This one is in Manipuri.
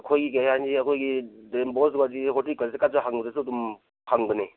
ꯑꯩꯈꯣꯏꯒꯤ ꯀꯔꯤ ꯍꯥꯏꯅꯤ ꯑꯩꯈꯣꯏꯒꯤ ꯍꯣꯔꯇꯤꯀꯜꯆꯔꯒꯁꯨ ꯍꯪꯕꯗꯁꯨ ꯑꯗꯨꯝ ꯐꯪꯕꯅꯦ